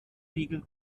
regel